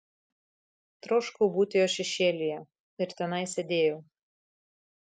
troškau būti jo šešėlyje ir tenai sėdėjau